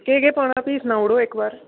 ते केह् केह् पाना फ्ही सनाई ओड़ो इक बार